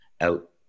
out